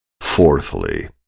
Fourthly